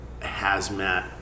hazmat